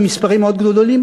ופה במספרים מאוד גדולים,